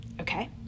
okay